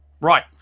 right